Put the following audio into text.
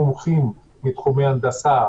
מומחים מתחומי ההנדסה,